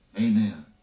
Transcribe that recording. Amen